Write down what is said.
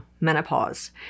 menopause